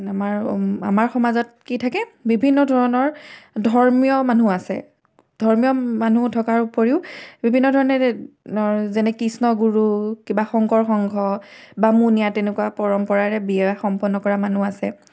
আমাৰ আমাৰ সমাজত কি থাকে বিভিন্ন ধৰণৰ ধৰ্মীয় মানুহ আছে ধৰ্মীয় মানুহ থকাৰ উপৰিও বিভিন্ন ধৰণে যেনে কৃষ্ণগুৰু কিবা শংকৰ সংঘ বামুণীয়া তেনেকুৱা পৰম্পৰাৰে বিয়া সম্পন্ন কৰা মানুহ আছে